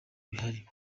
bihari